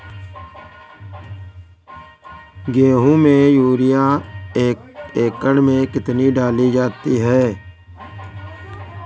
गेहूँ में यूरिया एक एकड़ में कितनी डाली जाती है?